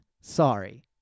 Sorry